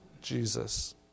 Jesus